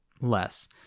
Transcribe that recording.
less